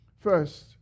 First